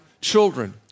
children